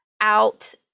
out